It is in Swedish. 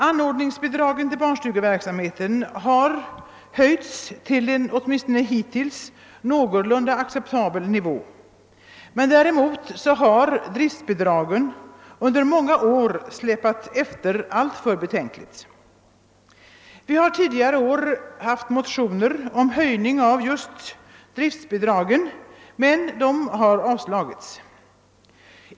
Anordningsbidragen till barnstugeverksamheten har höjts till en åtminstone hittills f.n. någorlunda acceptabel nivå, däremot har driftbidragen under många år betänkligt släpat efter. Vi har under tidigare år väckt motioner om höjning av just driftbidragen, men dessa har avslagits.